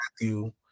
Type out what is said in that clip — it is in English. Matthew